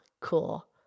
cool